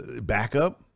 Backup